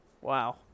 Wow